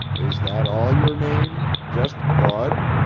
is that all your name? just bud?